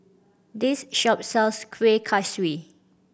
this shop sells Kuih Kaswi